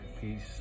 peace